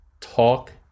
Talk